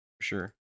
sure